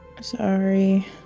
sorry